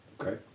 Okay